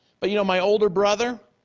but you know, my older brother,